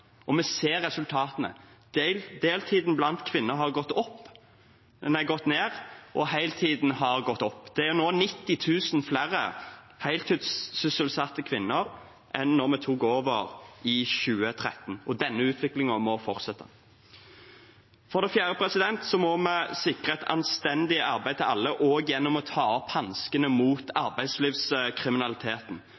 og vi ser resultatene. Deltiden blant kvinner har gått ned, og heltiden har gått opp. Det er nå 90 000 flere heltidssysselsatte kvinner enn da vi tok over i 2013, og denne utviklingen må fortsette. For det fjerde må vi sikre et anstendig arbeid til alle også gjennom å ta opp hanskene mot